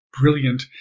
brilliant